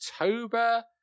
October